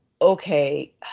okay